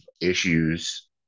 issues